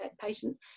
patients